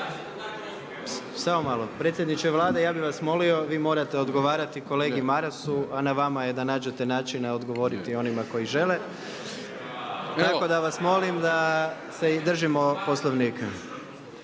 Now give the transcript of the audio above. samo malo. Predsjedniče Vlade, ja bih vas molio vi morate odgovarati kolegi Marasu, a na vama je da nađete načina odgovoriti onima koji žele, tako da vas molim da se i držimo Poslovnika.